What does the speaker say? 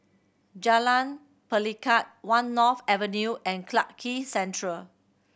Jalan Pelikat One North Avenue and Clarke Quay Central